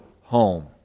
home